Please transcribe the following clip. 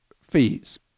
fees